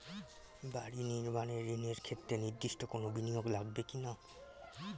বাড়ি নির্মাণ ঋণের ক্ষেত্রে নির্দিষ্ট কোনো বিনিয়োগ লাগবে কি না?